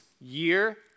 year